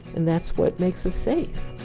and that's what makes us safe.